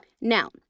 Now